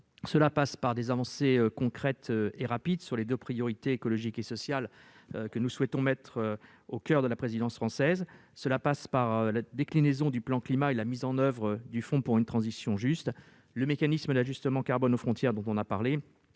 Cela passe par des avancées concrètes et rapides sur les deux priorités écologiques et sociales que nous souhaitons mettre au coeur de la Présidence française. Cela passe, plus largement, par la déclinaison du plan Climat et par la mise en oeuvre du fonds pour une transition juste, par le mécanisme d'ajustement carbone aux frontières dont nous avons parlé,